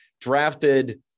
drafted